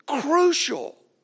crucial